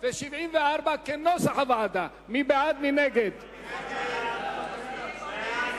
קבוצת סיעת בל"ד, קבוצת סיעת